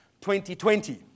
2020